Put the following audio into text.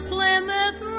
Plymouth